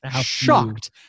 Shocked